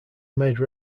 made